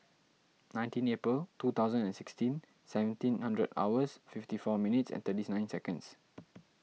nineteen April two thousand and sixteen seventeen hundred hours fifty four minutes and thirty nine seconds